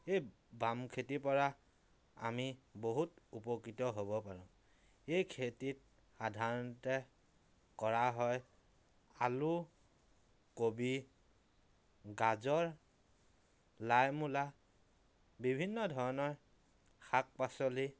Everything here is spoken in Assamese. এই বাম খেতিৰ পৰা আমি বহুত উপকৃত হ'ব পাৰোঁ এই খেতিত সাধাৰণতে কৰা হয় আলু কবি গাজৰ লাই মূলা বিভিন্ন ধৰণৰ শাক পাচলি